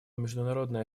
международное